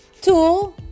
two